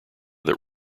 that